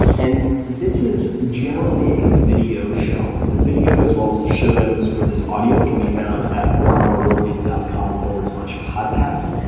and this is generally a video show. and the video, as well as the show notes for this audio can be found at fourhourworkweek dot com slash podcast,